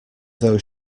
those